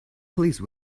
please